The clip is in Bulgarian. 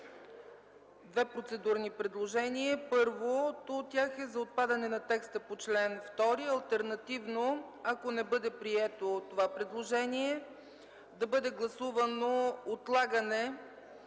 две процедурни предложения. Първото от тях е за отпадане на текста по чл. 2, алтернативно ако не бъде прието това предложение, да бъде гласувано отлагане